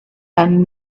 and